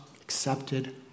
accepted